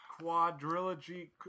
quadrilogy